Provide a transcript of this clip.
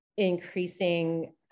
increasing